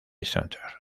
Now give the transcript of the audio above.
center